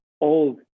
old